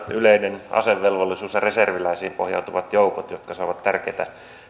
yleinen asevelvollisuus ja reserviläisiin pohjautuvat joukot ja meidän reserviläiset saavat tärkeätä